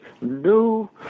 new